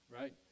right